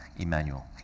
Emmanuel